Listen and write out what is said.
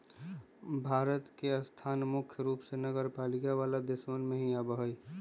भारत के स्थान मुख्य रूप से नगरपालिका वाला देशवन में ही आवा हई